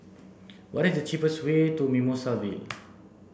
what is the cheapest way to Mimosa Vale